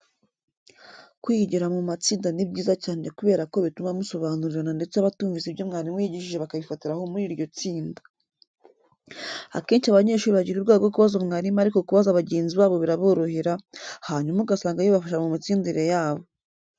Kwigira mu matsinda ni byiza cyane kubera ko bituma musobanurirana ndetse abatumvise ibyo mwarimu yigishije bakabifatira aho muri iryo tsinda. Akenshi abanyeshuri bagira ubwoba bwo kubaza mwarimu ariko kubaza bagenzi babo biraborohera, hanyuma ugasanga bibafasha mu mitsindire yabo.